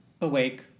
awake